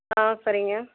ஆ சரிங்க